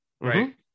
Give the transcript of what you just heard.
right